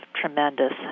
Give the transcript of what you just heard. tremendous